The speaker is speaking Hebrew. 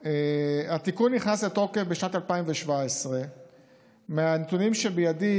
התיקון נכנס לתוקף בשנת 2017. מהנתונים שבידי